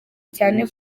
cyane